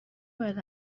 باید